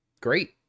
great